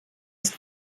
ist